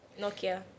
Nokia